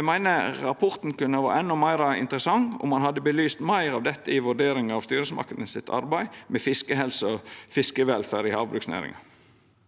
Eg meiner rapporten kunne ha vore endå meir interessant om han hadde belyst meir av dette i vurderinga av arbeidet styresmaktene gjer med fiskehelse og fiskevelferd i havbruksnæringa.